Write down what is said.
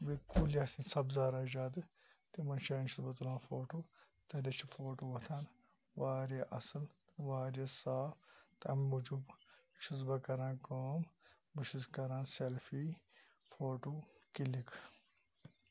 بیٚیہِ کُلۍ آسان سَبزار آسہِ زیادٕ تِمَن جایَن چھُس بہٕ تُلان فوٹو تَتیٚتھ چھُ فوٹو وۄتھان واریاہ اَصل واریاہ صاف تمہِ موٗجوٗب چھُس بہٕ کَران کٲم بہٕ چھُس کَران سیٚلفی فوٹو کِلِک